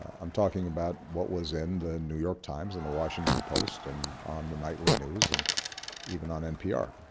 i'm talking about what was in the new york times and the washington post and on the nightly news and even on npr.